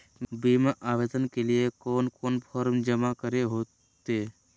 बीमा आवेदन के लिए कोन कोन फॉर्म जमा करें होते